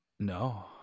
No